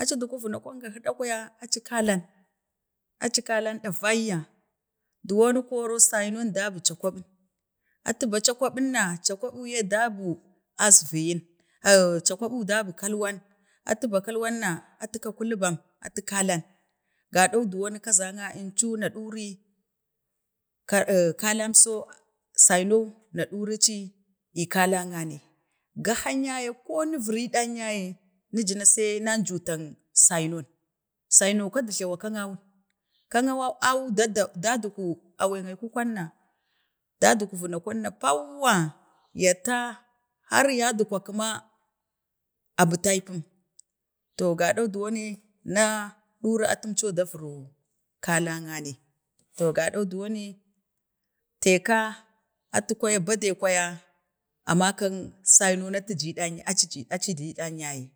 aciddgi vunakwan ga huɗa, aci kda, aci kalan ɗivaiya. Dowan koro saino dabi cakwabin, atu ba cakwabinna cakwabin dabu asviyin ao, cakwan dabi kalwan wan atu ba kalwan na atu ka kulu ban atu ka kalan gaɗau duwan kazane əncu na ɗuri an kalanso saina na ɗurici ii kalangue, gahan yaye ko ni viri ɗan yaye muju na sai an jutan sainon, saino ka tu flawa kang awun, kan awu dad da daugu awai aikukwan na daddu vinaken na pauwa, ya taa har yadgwak kəma abutaibau to gaɗam dowomi na ɗori atum co da vari kalang nei to gadou duwan ne taika atu kwaya bade kwaya a makang saino kwaya aci aci ye dayyaye.